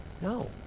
No